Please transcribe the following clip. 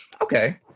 Okay